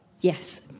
Yes